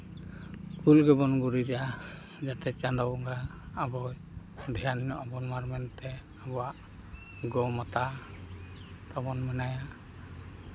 ᱠᱩᱞᱦᱤ ᱨᱮᱵᱚᱱ ᱜᱩᱨᱤᱡᱟ ᱡᱟᱛᱮ ᱪᱟᱸᱫᱳ ᱵᱚᱸᱜᱟ ᱟᱵᱚᱭ ᱫᱷᱮᱭᱟᱱ ᱧᱚᱜ ᱟᱵᱳᱱᱢᱟ ᱢᱮᱱᱛᱮ ᱟᱵᱚᱣᱟᱜ ᱜᱳ ᱢᱟᱛᱟ ᱛᱟᱵᱚᱱ ᱢᱮᱱᱟᱭᱟ